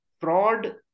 fraud